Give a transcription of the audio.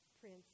Prince